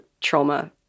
trauma